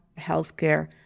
healthcare